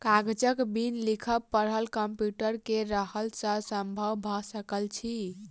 कागजक बिन लिखब पढ़ब कम्प्यूटर के रहला सॅ संभव भ सकल अछि